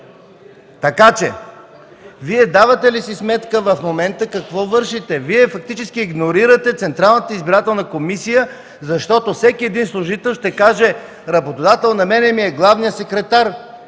комисия. Вие давате ли си сметка в момента какво вършите?! Вие фактически игнорирате Централната избирателна комисия, защото всеки служител ще каже: „Работодател на мен ми е главният секретар”.